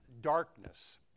darkness